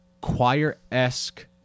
choir-esque